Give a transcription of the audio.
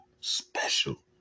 Special